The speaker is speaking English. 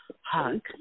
hug